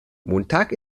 montag